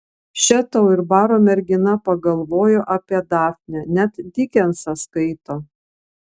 še tau ir baro mergina pagalvojo apie dafnę net dikensą skaito